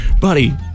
Buddy